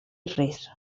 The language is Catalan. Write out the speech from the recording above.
res